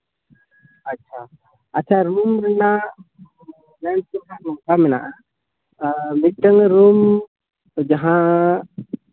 ᱟᱪᱪᱷᱟ ᱟᱪᱪᱷᱟ ᱨᱩᱢ ᱨᱮᱱᱟᱜ ᱟᱨ ᱢᱤᱫᱴᱮᱱ ᱨᱩᱢ ᱡᱟᱦᱟᱸ